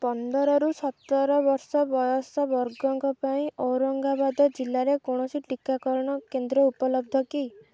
ପନ୍ଦରରୁ ସତର ବର୍ଷ ବୟସ ବର୍ଗଙ୍କ ପାଇଁ ଔରଙ୍ଗାବାଦ ଜିଲ୍ଲାରେ କୌଣସି ଟିକାକରଣ କେନ୍ଦ୍ର ଉପଲବ୍ଧ କି